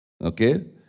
okay